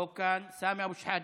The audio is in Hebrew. לא כאן, סמי אבו שחאדה,